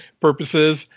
purposes